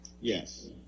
Yes